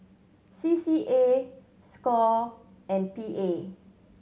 C C A score and P A